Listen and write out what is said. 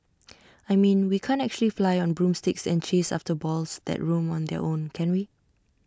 I mean we can't actually fly on broomsticks and chase after balls that roam on their own can we